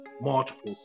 multiple